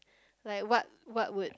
like what what would